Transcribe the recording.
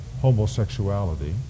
homosexuality